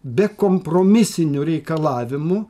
bekompromisiniu reikalavimu